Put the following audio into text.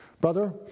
Brother